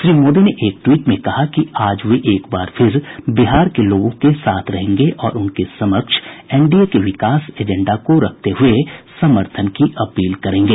श्री मोदी ने एक ट्वीट में कहा कि आज वे एक बार फिर बिहार के लोगों के साथ रहेंगे और उनके समक्ष एनडीए के विकास को एजेंडा रखते हुये समर्थन की अपील करेंगे